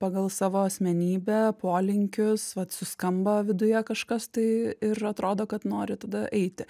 pagal savo asmenybę polinkius vat suskambo viduje kažkas tai ir atrodo kad nori tada eiti